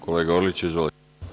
Kolega Orliću, izvolite.